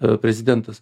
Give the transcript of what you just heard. a prezidentas